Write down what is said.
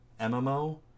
MMO